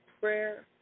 prayer